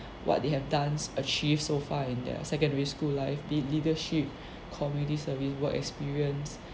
what they have done achieve so far in their secondary school life be it leadership community service work experience